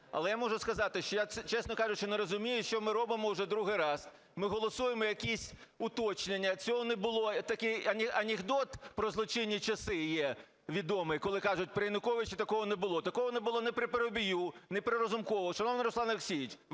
але я можу сказати, що я, чесно кажучи, не розумію, що ми робимо. Вже другий раз ми голосуємо якісь уточнення. Цього не було. Такий анекдот про злочинні часи є відомий, коли кажуть: при Януковичі такого не було. Такого не було ні при Парубію, ні при Разумкові. Шановний Руслан Олексійович,